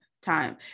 time